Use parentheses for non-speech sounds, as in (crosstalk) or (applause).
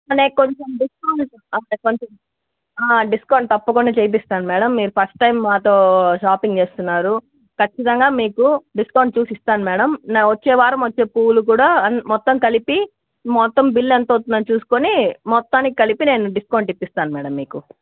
(unintelligible) కొంచం డిస్కౌంట్ కొంచం డిస్కౌంట్ తప్పకుండా చేపిస్తాను మేడం మీరు ఫస్ట్ టైం మాతో షాపింగ్ చేస్తున్నారు ఖచ్చితంగా మీకు డిస్కౌంట్ చూసి ఇస్తాను మేడం వచ్చే వారం వచ్చే పూలు కూడా మొత్తం కలిపి మొత్తం బిల్లు ఎంత అవుతుందో చూసుకొని మొత్తానికి కలిపి నేను డిస్కౌంట్ ఇప్పిస్తాను మీకు